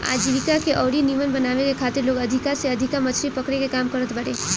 आजीविका के अउरी नीमन बनावे के खातिर लोग अधिका से अधिका मछरी पकड़े के काम करत बारे